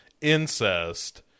incest